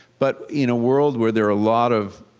but in a world where there are a lot of